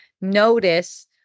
Notice